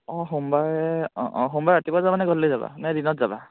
অঁ সোমবাৰে অঁ অঁ সোমবাৰে ৰাতিপুৱা যাবা নে গধূলী যাবা নে দিনত যাবা